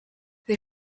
they